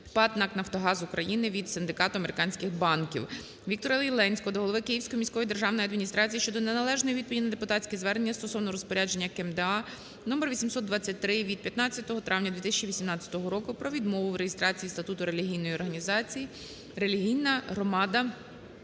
ПАТ "НАК "Нафтогаз України" від синдикату американських банків. ВіктораЄленського до голови Київської міської державної адміністрації щодо неналежної відповіді на депутатське звернення стосовно розпорядження КМДА № 823 від 15.05.2018 року "Про відмову в реєстрації Статуту релігійної організації "Релігійна громада